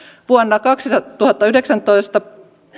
vuonna kaksituhattayhdeksäntoista